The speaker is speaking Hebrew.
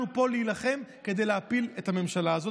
אנחנו פה להילחם כדי להפיל את הממשלה הזו.